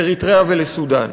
לאריתריאה ולסודאן.